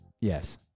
Yes